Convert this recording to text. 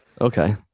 Okay